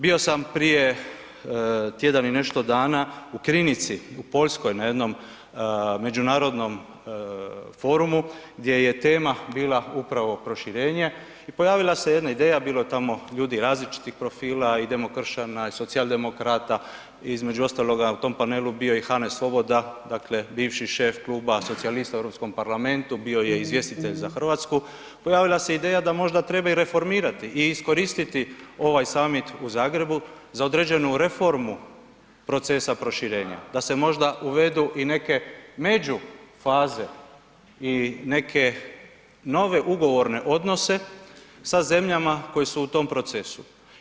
Bio sam prije tjedan i nešto dana u Krynici u Poljskoj na jednom međunarodnom forumu gdje je tema bila upravo proširenje i pojavila se jedna ideja, bilo je tamo ljudi različitih profila i demokršćana i socijaldemokrata, između ostaloga u tom panelu bio je Hannes Swoboda bivši šef Kluba socijalista u Europskom parlamentu bio je izvjestitelj za Hrvatsku, pojavila se ideja da možda treba i reformirati i iskoristiti ovaj summit u Zagrebu za određenu reformu procesa proširenja, da se uvedu i neke međufaze i neke nove ugovorne odnose sa zemljama koje su u tom procesu.